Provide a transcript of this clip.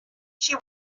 she